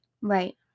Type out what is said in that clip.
Right